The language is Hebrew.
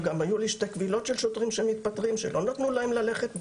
וגם היו לי שתי קבילות של שוטרים שמתפטרים שלא נתנו להם ללכת,